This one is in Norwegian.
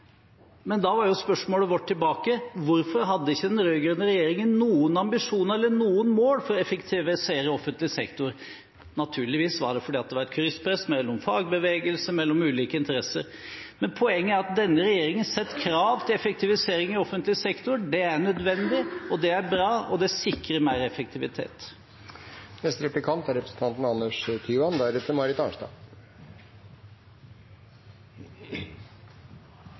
Men da var spørsmålet vårt tilbake: Hvorfor hadde ikke den rød-grønne regjeringen noen ambisjoner eller noen mål for å effektivisere offentlig sektor? Naturligvis var det fordi det var et krysspress mellom fagbevegelse og ulike interesser. Men poenget er at denne regjeringen setter krav til effektivisering i offentlig sektor. Det er nødvendig, og det er bra, og det sikrer mer effektivitet.